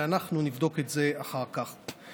ואנחנו נבדוק את זה אחר כך.